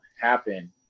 happen